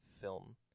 film